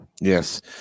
Yes